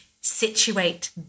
situate